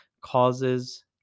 causes